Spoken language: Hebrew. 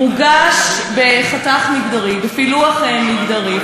מוגש בחתך מגדרי, בפילוח מגדרי.